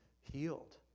healed